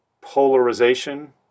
polarization